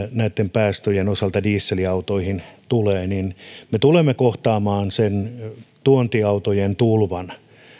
päästöjen osalta dieselautoihin tulee me tulemme kohtaamaan sen tuontiautojen tulvan